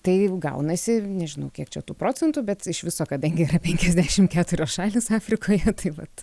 taip gaunasi nežinau kiek čia tų procentų bet iš viso kadangi penkiasdešim keturios šalys afrikoj tai vat